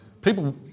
People